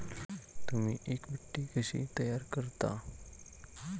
तुम्ही इक्विटी कशी तयार करता?